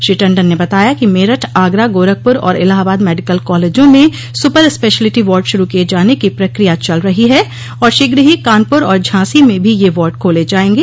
श्री टण्डन ने बताया कि मेरठ आगरा गोरखपुर और इलाहाबाद मेडिकल कॉलेजों में सुपर स्पेशिलिटी वार्ड शुरू किये जाने की प्रक्रिया चल रही है और शीघ्र ही कानपुर और झांसी में भी यह वार्ड खोले जायेंगे